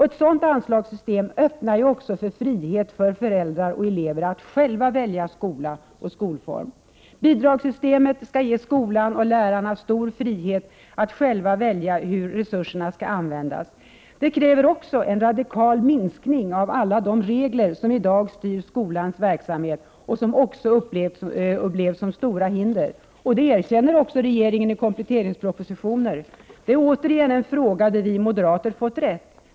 Ett sådant anslagssystem öppnar för frihet för föräldrar och elever att själva välja skola och skolform. Bidragssystemet skall ge skolan och lärarna stor frihet att själva välja hur resurserna skall användas. Det kräver också en radikal minskning av alla de regler som i dag styr skolans verksamhet och som ofta upplevs som stora hinder. Det erkänner också regeringen i kompletteringspropositionen. Det 89 Prot. 1988/89:104 är återigen en fråga där vi moderater fått rätt.